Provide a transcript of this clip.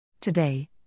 Today